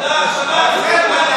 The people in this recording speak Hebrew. הנקודה ברורה.